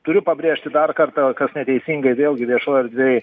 turiu pabrėžti dar kartą kas neteisingai vėlgi viešoj erdvėj